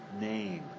name